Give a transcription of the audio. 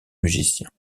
musiciens